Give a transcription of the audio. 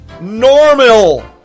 Normal